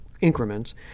increments